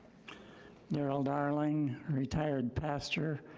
darrell darling, retired pastor,